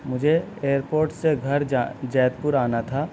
مجھے airport سے گھر جا جے پور آنا تھا